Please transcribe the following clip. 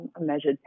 measured